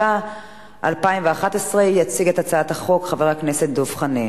התשע"א 2011. יציג את הצעת החוק חבר הכנסת דב חנין.